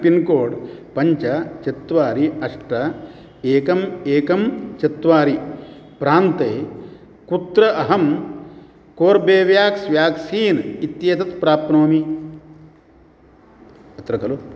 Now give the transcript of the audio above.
pincode पञ्च चत्वारि अष्ट एकम् एकं चत्वारि प्रान्ते कुत्र अहं कोर्बेव्याक्स् व्याक्सीन् इत्येतत् प्राप्नोमि अत्र खलु